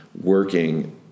working